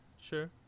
Sure